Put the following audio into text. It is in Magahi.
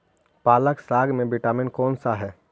पालक साग में विटामिन कौन सा है?